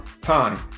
time